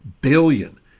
billion